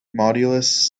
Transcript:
modulus